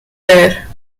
rare